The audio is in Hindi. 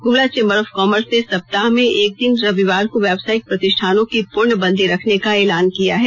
गुमला चेंबर ऑफ कॉमर्स ने सप्ताह में एक दिन रविवार को व्यावसायिक प्रतिष्ठानों को पूर्ण बंदी रखने का ऐलान किया है